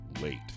late